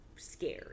scared